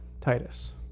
Titus